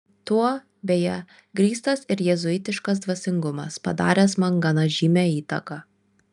tuo beje grįstas ir jėzuitiškas dvasingumas padaręs man gana žymią įtaką